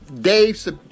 Dave